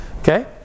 Okay